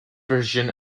version